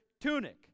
tunic